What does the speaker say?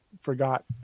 forgot